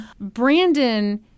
Brandon